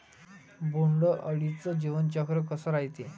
बोंड अळीचं जीवनचक्र कस रायते?